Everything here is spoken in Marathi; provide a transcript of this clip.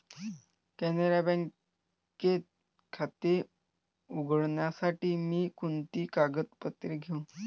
कॅनरा बँकेत खाते उघडण्यासाठी मी कोणती कागदपत्रे घेऊ?